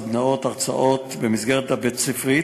סדנאות והרצאות במסגרת בית-הספר,